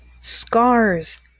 scars